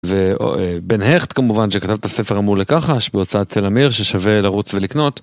ובן היכט כמובן שכתב את הספר המעולה כחש בהוצאת סלע מאיר ששווה לרוץ ולקנות